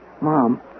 Mom